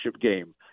game